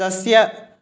तस्य